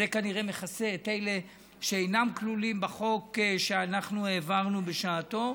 וזה כנראה מכסה את אלה שאינם כלולים בחוק שאנחנו העברנו בשעתו.